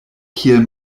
kiel